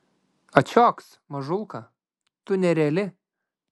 ačioks mažulka tu nereali